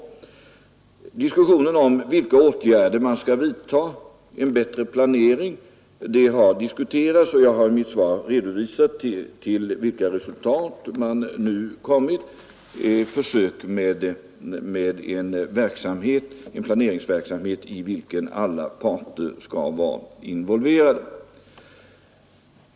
Resultaten av diskussionen om vilka åtgärder man bör vidta har jag redovisat i mitt svar: försök med en planeringsverksamhet i vilken alla parter skall vara involverade.